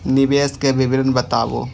निवेश के विवरण बताबू?